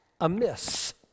amiss